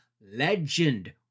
legend